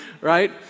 Right